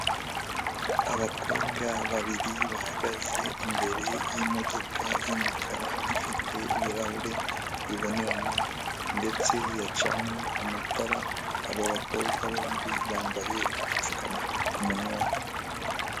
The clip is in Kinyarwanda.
Abakobwa babiri bahagaze imbere y'imodoka y'umukara ifite ibirahure bibonerana ndetse yacanye amatara. Aba bakobwa bombi bambaye udupfukamunwa ku munwa.